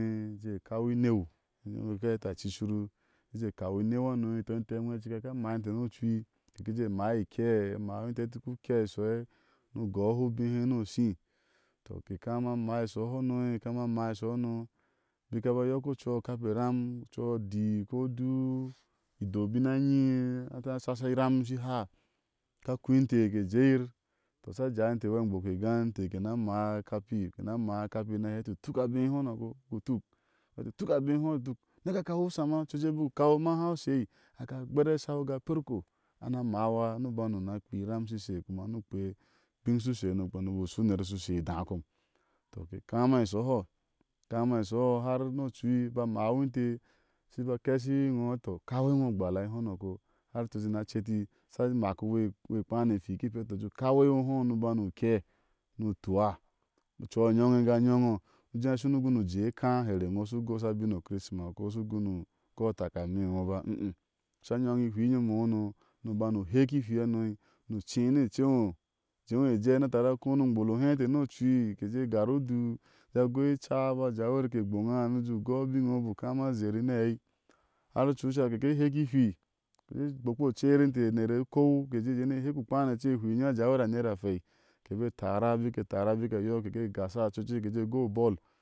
Je, keje kau ineu ineue aka heti aci shiru keshe jé kau ineu hano, tɔ mte anwe a cota aka maa mte ni ocui ke ke maa ike a maá inte eti ku ke i shɔuɛi, ni u gohu u. behé ni eshí tɔ ke kama maa ishɔ uho noi, ke kama máá ishɔuhɔ noi, bika ba yɔk ocui a kape eram, oaachi ko odu ido bik ni a nyoi a sha shashi iram ishihaa a sha kui inte ke jjeyir tɔ asha tawi inte wa angbok e egán na maa a kapi, kena, maa a kapi, ni a heti u tuka bé hɔnɔko utuk heti tuk abé hɔnouko, u tuk, ne. ke a jua u shama ocu cek ubik u kau mha ahaŋa shei a ka gber a shau, go perko, ana amaawa ni uban una kpea iram shishe kuma ni u kpea u bin shu she kuma ni kpea ni u ba she uner shu she idá kom. tɔ ke kama ishɔhɔ, ke kama ishɔhɔ har ni ocui a ba maawi inte, shi ba keshi iŋo a hɛti tɔ kau iŋo agba lai honouko no. ai ocui nte na ceti asha mak we kpanu e ihwii ke peu, na hɛti tɔ jeu u jé kau e iŋohɔ niubsan u ke, ni utuwa, ocui a yoŋi a ga yoŋo u jé u. shinu guni u jé ekáá hari iŋo ushi goshia bino kirisima ko ushu guni u goi a takalmi inoba mh mh uishi u nyoŋi e ihwii inyom e ino no ni uban e hɛkieihwiihano, ni ucé ni ece iŋo, u jé iŋo ejɛ nia tari a kó ni ugbolohé inteni ocui keje gaar udu agoi ica a ba jawi yir ke gboŋa niu jéu goi a biŋe iŋo bu kama zheri ni aɛi. har ocui co, keke hɛkihwii keke gbokpio cete mte eneru kuo, kejé jéé ni hɛku kpanu o cé unyin a nera a hwɛi ke be tara bik tara bik a yɔk ke ke gasha, occui ocek ke gijé goi u nol,